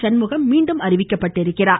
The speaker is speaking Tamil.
சண்முகம் மீண்டும் அறிவிக்கப்பட்டுள்ளார்